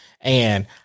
And-